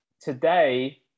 today